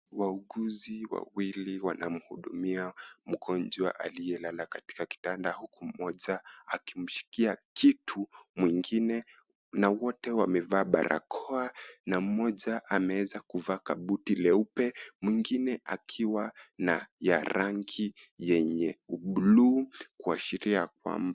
Wauguzi wawili wawili wanamhudumia mgonjwa aliyelala katika kitanda huku mmoja akimshikia kitu mwingine na wote wamevaa barakoa na mmoja ameweza kuvaa kabuti leupe , mwingine akiwa na ya rangi yenye bluu kushiria kwamba,